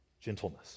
gentleness